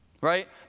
Right